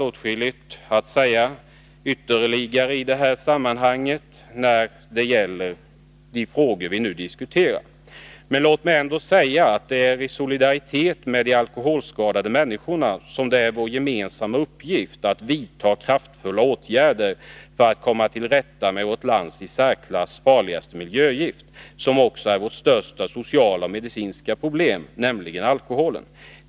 Åtskilligt mer finns att säga när det gäller de frågor vi nu diskuterar, men låt mig till sist bara framhålla att det är vår gemensamma uppgift att i solidaritet med de alkoholskadade människorna vidta kraftfulla åtgärder för att komma till rätta med vårt lands i särklass farligaste miljögift, som också orsakar vårt största sociala och medicinska problem, nämligen alkoholen.